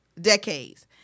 decades